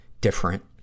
different